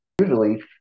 usually